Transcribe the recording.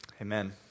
Amen